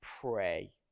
pray